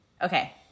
Okay